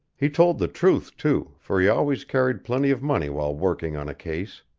he told the truth, too, for he always carried plenty of money while working on a case.